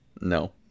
No